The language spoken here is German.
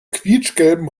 quietschgelben